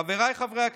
חבריי חברי הכנסת,